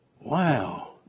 Wow